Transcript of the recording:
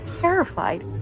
terrified